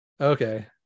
okay